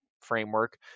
framework